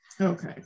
okay